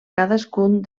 cadascun